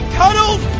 cuddled